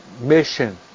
mission